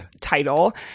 title